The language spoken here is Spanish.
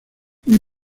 muy